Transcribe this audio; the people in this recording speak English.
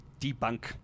debunk